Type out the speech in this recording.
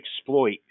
exploit